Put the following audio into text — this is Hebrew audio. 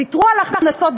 ויתרו על הכנסות,